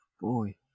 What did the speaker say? boy